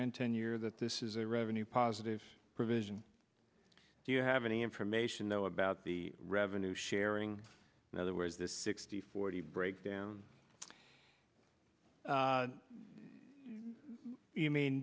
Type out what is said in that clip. and ten year that this is a revenue positive provision do you have any information though about the revenue sharing now there was this sixty forty breakdown you mean